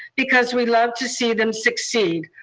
because we love to see them succeed.